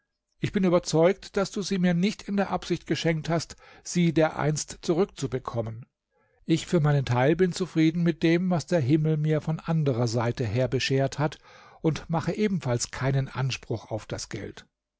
ich bin überzeugt daß du sie mir nicht in der absicht geschenkt hast sie dereinst zurückzubekommen ich für meinen teil bin zufrieden mit dem was der himmel mir von anderer seite her beschert hat und mache ebenfalls keinen anspruch auf das geld